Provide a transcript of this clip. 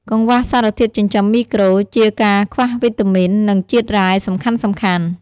កង្វះសារធាតុចិញ្ចឹមមីក្រូ ជាការខ្វះវីតាមីន និងជាតិរ៉ែសំខាន់ៗ។